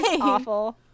awful